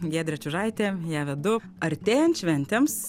giedrė čiužaitė ją vedu artėjant šventėms